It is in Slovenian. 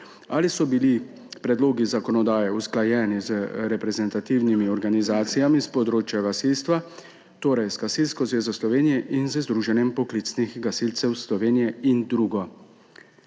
ali so bili predlogi zakonodaje usklajeni z reprezentativnimi organizacijami s področja gasilstva, torej z Gasilsko zvezo Slovenije in z Združenjem slovenskih poklicnih gasilcev, in drugo.